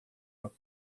uma